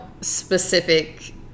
specific